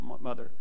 mother